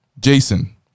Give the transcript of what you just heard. Jason